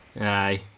Aye